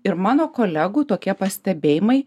ir mano kolegų tokie pastebėjimai